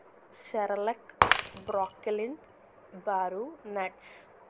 Cerelac బ్రోక్లిన్ బారు nuts